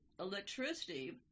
electricity